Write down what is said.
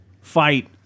fight